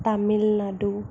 Tamil Nadu